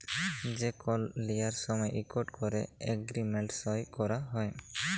যে কল লল লিয়ার সময় ইকট ক্যরে এগ্রিমেল্ট সই ক্যরা হ্যয়